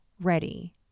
ready